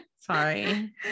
Sorry